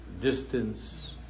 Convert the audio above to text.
distance